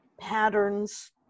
patterns